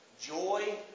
joy